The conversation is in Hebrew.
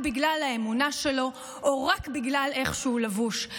בגלל האמונה שלו או רק בגלל איך שהוא לבוש.